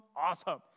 awesome